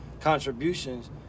contributions